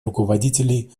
руководителей